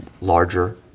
larger